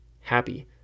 happy